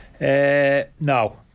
No